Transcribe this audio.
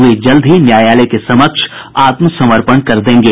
वे जल्द ही न्यायालय के समक्ष आत्मसमर्पण कर देंगे